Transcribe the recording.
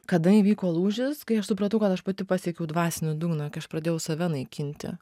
kada įvyko lūžis kai aš supratau kad aš pati pasiekiau dvasinį dugną kai aš pradėjau save naikinti